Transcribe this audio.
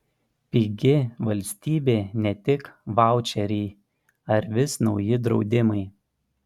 pigi valstybė ne tik vaučeriai ar vis nauji draudimai